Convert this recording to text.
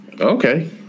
Okay